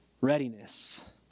Readiness